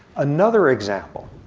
another example,